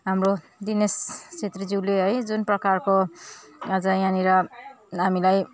हाम्रो दिनेस छेत्रीज्युले है जुन प्रकारको आज यहाँनिर हामीलाई